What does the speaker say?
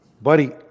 Buddy